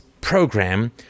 program